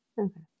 Okay